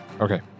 Okay